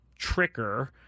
Tricker